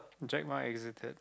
Jack-Ma exited